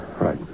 Right